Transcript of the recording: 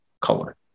color